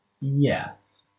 Yes